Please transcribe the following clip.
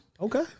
Okay